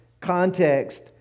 context